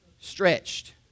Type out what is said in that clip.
stretched